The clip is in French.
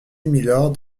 mylord